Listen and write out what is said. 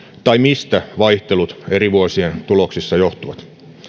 tai mistä vaihtelut eri vuosien tuloksissa johtuvat